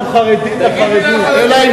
אנחנו חרדים לחרדים.